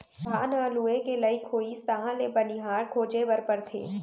धान ह लूए के लइक होइस तहाँ ले बनिहार खोजे बर परथे